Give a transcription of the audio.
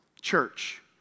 church